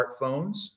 smartphones